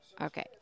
Okay